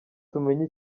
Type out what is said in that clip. tumenye